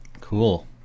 Cool